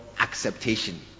acceptation